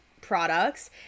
products